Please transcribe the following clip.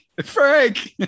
Frank